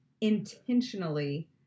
intentionally